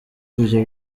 ivyo